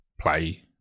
play